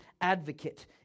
advocate